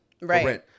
right